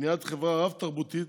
בניית חברה רב-תרבותית